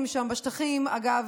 דרך אגב,